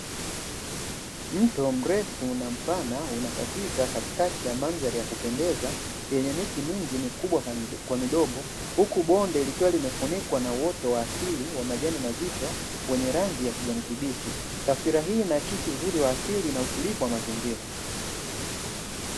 Mto mrefu na mpana unakatiza katikati ya mandhara ya kupendeza yenye miti mingi mikubwa kwa midogo. Huku bonde likiwa limefunikwa na uoto wa asili wa majani mazito wenye rangi ya kijani kibichi. Taswira hii inaakisi uzuri wa asili na utulivu wa mazingira.